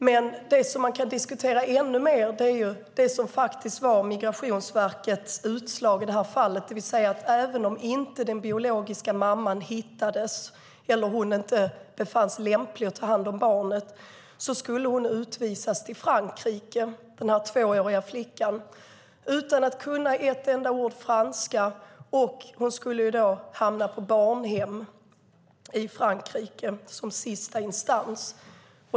Men det man kan diskutera ännu mer är det som faktiskt var Migrationsverkets utslag i det här fallet: Även om den biologiska mamman inte hittades eller hon inte befanns lämplig att ta hand om barnet skulle den tvååriga flickan utvisas till Frankrike, utan att kunna ett enda ord franska. Hon skulle då hamna på barnhem i Frankrike som sista instans.